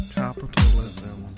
capitalism